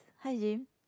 hi Jim